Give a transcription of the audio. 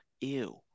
Ew